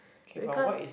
because